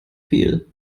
viel